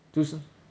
就是